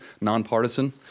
nonpartisan